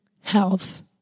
health